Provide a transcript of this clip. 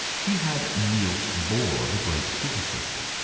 he had niels bohr, the great physicist,